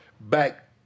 back